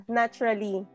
naturally